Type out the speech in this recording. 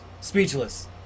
speechless